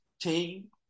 team